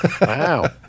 Wow